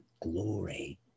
glory